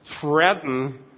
threaten